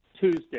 Tuesday